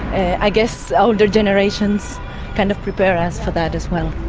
i guess older generations kind of prepare us for that as well.